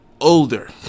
older